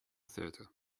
theater